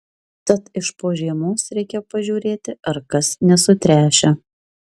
tad iš po žiemos reikia pažiūrėti ar kas nesutręšę